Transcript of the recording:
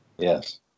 Yes